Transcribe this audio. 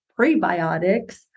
prebiotics